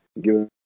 Give